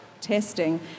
testing